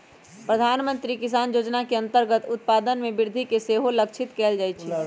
प्रधानमंत्री किसान जोजना के अंतर्गत उत्पादन में वृद्धि के सेहो लक्षित कएल जाइ छै